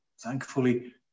Thankfully